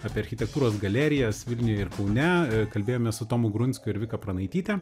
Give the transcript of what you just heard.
apie architektūros galerijas vilniuje ir kaune kalbėjomės su tomu grunskiu ir vika pranaityte